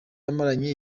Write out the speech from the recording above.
amaranye